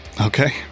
Okay